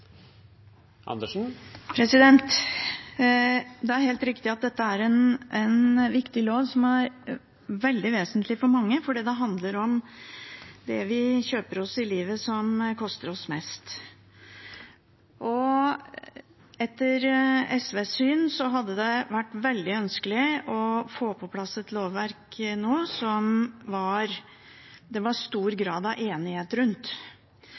helt riktig at dette er en viktig lov som er veldig vesentlig for mange, for det handler om det vi kjøper i livet som koster oss mest. Etter SVs syn hadde det vært ønskelig å få på plass et lovverk som det var stor grad av enighet rundt.